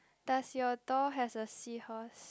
does your door has a seahorse